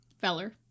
Feller